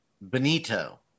benito